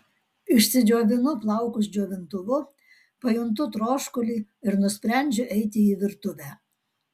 išsidžiovinu plaukus džiovintuvu pajuntu troškulį ir nusprendžiu eiti į virtuvę